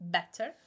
better